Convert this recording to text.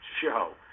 show